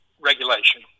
Regulation